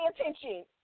attention